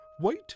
Wait